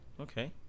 Okay